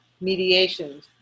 Mediations